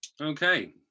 Okay